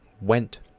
Went